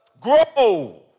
Grow